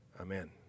Amen